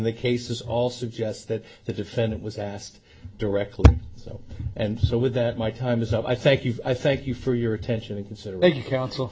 the cases all suggest that the defendant was asked directly so and so with that my time is up i thank you i thank you for your attention and consideration counsel